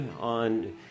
on